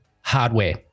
hardware